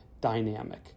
dynamic